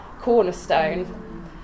Cornerstone